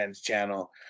Channel